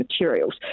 materials